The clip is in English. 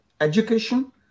education